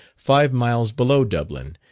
five miles below dublin,